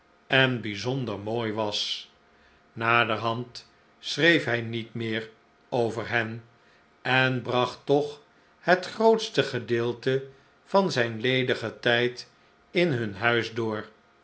en bijzonder mooi was naderhand schreef hij niet meer over hen en bracht toch het grootste gedeelte van zijnledigen tijdinhun huis door